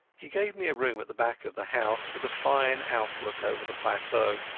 he gave me a room at the back of the house, with a fine outlook over the plateau,